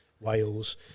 wales